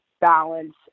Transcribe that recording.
balance